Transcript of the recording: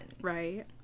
Right